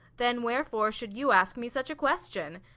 then wherefore should you ask me such a question?